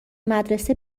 مدرسه